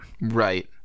right